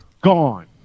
gone